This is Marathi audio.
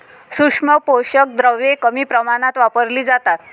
सूक्ष्म पोषक द्रव्ये कमी प्रमाणात वापरली जातात